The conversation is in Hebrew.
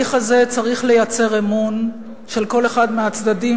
בתהליך הזה צריך לייצר אמון של כל אחד מהצדדים,